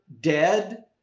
dead